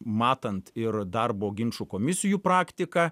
matant ir darbo ginčų komisijų praktiką